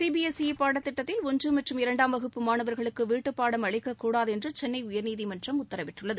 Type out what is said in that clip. C B S E பாடத்திட்டத்தில் ஒன்று மற்றும் இரண்டாம் வகுப்பு மாணவர்களுக்கு வீட்டுப்பாடம் அளிக்கக்கூடாது என்று சென்னை உயர்நீதிமன்றம் உத்தரவிட்டுள்ளது